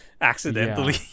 accidentally